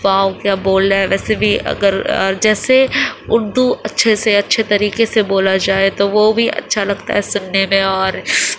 واؤ کیا بول رہا ہے ویسے بھی اگر جیسے اردو اچھے سے اچھے طریقے سے بولا جائے تو وہ بھی اچھا لگتا ہے سننے میں اور